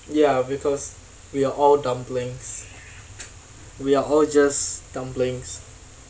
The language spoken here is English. ya because we are all dumplings we are all just dumplings